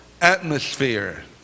atmosphere